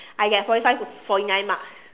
I get forty five to forty nine marks